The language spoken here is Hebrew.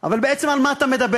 אבל בעצם על מה אתה מדבר?